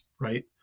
right